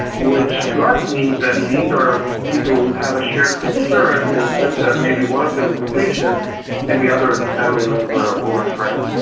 which to us means that these are people who have a shared concern in the sense that maybe one of them is a patient and the other is a family member or friend.